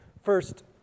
First